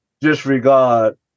disregard